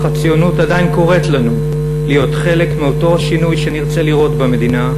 אך הציונות עדיין קוראת לנו להיות חלק מאותו השינוי שנרצה לראות במדינה.